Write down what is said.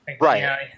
Right